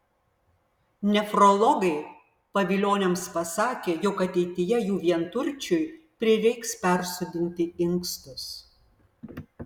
nefrologai pavilioniams pasakė jog ateityje jų vienturčiui prireiks persodinti inkstus